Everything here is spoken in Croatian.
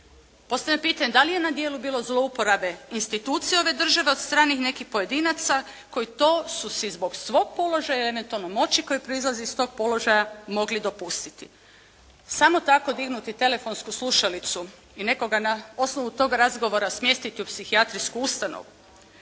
postavljam pitanje da li je na dijelu bilo zlouporabe institucija ove države od strane nekih pojedinaca koji to su si zbog svog položaja i eventualno moći koja proizlazi iz tog položaja mogli dopustiti. Samo tako dignuti telefonsku slušalicu i nekoga na osnovu tog razgovora smjestiti u psihijatrijsku ustanovu.